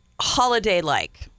holiday-like